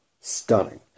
stunning